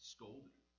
Scolded